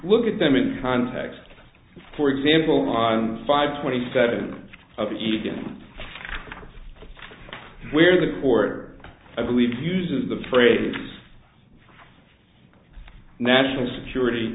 look at them in context for example five twenty seven of even where the court i believe uses the phrase national security